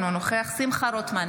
אינו נוכח שמחה רוטמן,